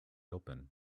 open